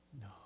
No